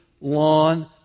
lawn